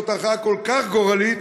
זאת הכרעה כל כך גורלית,